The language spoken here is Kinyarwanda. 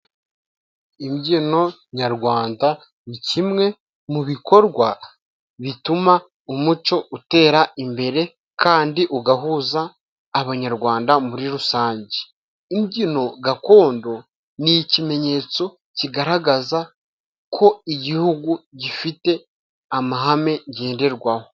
Imbyino nyarwanda ni kimwe mu bikorwa bituma umuco utera imbere kandi ugahuza abanyarwanda muri rusange. Imbyino gakondo ni ikimenyetso kigaragaza ko igihugu gifite amahame ngenderwaho.